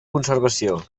conservació